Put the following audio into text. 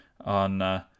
on